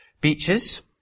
Beaches